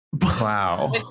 wow